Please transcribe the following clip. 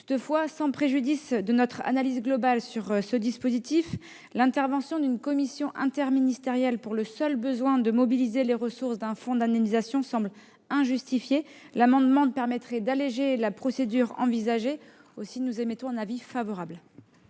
Toutefois, sans préjudice de notre analyse globale sur ce dispositif, l'intervention d'une commission interministérielle pour le seul besoin de mobiliser les ressources d'un fonds d'indemnisation semble injustifiée. L'amendement permettant d'alléger la procédure envisagée, nous y sommes favorables.